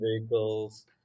vehicles